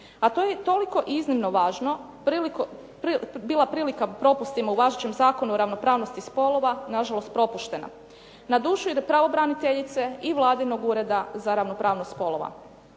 A to je toliko iznimno važno bila prilika da propustima u važećem Zakonu o ravnopravnosti spolova, na žalost propuštena. Na dušu ide pravobraniteljice i Vladinog Ureda za ravnopravnost spolova.